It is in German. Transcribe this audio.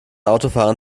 autofahrern